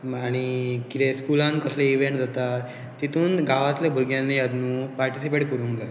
आनी कितें स्कुलान कसले इवेंट जाता तितून गांवांतल्या भुरग्यांनी याद नू पार्टिसिपेट करूंक जाय